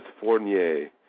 Fournier